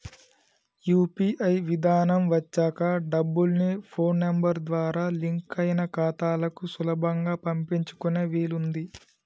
UPI విధానం వచ్చాక డబ్బుల్ని ఫోన్ నెంబర్ ద్వారా లింక్ అయిన ఖాతాలకు సులభంగా పంపించుకునే వీలుంది